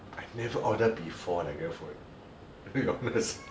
I've never ordered before leh GrabFood